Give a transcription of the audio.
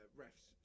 refs